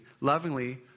lovingly